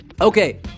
Okay